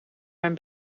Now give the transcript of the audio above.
mijn